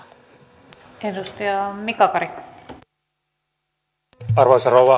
arvoisa rouva puhemies